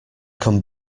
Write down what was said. come